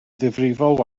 ddifrifol